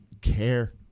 care